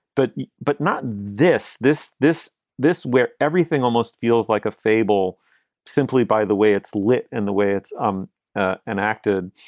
but but not this, this, this, this where everything almost feels like a fable simply by the way it's lit and the way it's um ah and acted.